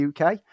UK